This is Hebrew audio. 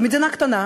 זו מדינה קטנה,